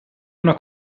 una